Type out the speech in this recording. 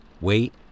weight